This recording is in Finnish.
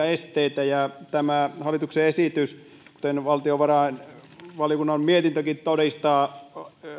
esteitä tämä hallituksen esitys kuten valtiovarainvaliokunnan mietintökin todistaa